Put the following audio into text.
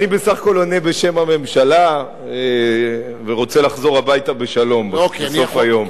אני בסך הכול עונה בשם הממשלה ורוצה לחזור הביתה בשלום בסוף היום.